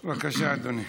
בבקשה, אדוני.